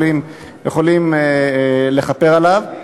יכולים לכפר עליו.